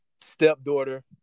stepdaughter